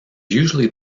usually